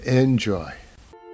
enjoy